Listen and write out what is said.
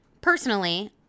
personally